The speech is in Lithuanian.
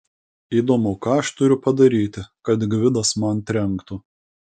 įdomu ką aš turiu padaryti kad gvidas man trenktų